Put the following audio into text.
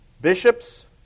bishops